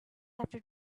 after